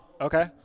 Okay